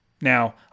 Now